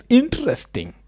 interesting